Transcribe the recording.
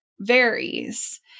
varies